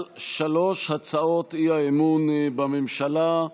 הצבעות על שלוש הצעות האי-אמון בממשלה.